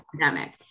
pandemic